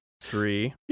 three